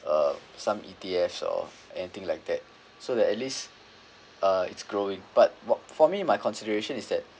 uh some E_T_Fs or anything like that so that at least uh it's growing but what for me my consideration is that